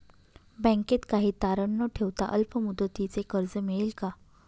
बँकेत काही तारण न ठेवता अल्प मुदतीचे कर्ज मिळेल का?